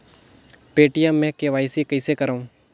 Paytm मे KYC कइसे करव?